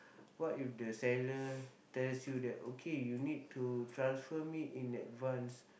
what if the seller tells you that okay you need to transfer me in advance